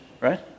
Right